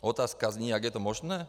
Otázka zní, jak je to možné.